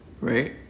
Right